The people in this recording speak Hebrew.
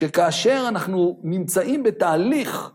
וכאשר אנחנו נמצאים בתהליך...